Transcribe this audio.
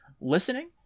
listening